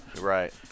Right